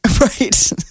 Right